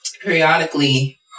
periodically